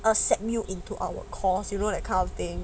accept you into our course you know that kind of thing